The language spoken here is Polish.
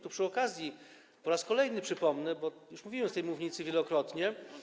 Tu przy okazji po raz kolejny przypomnę, bo już mówiłem z tej mównicy wielokrotnie.